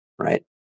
right